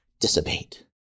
dissipate